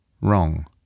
Wrong